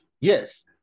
Yes